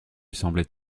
semblait